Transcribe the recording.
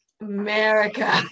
America